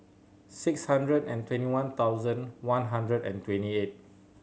six hundred and twenty one thousand one hundred and twenty eight